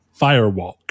firewalk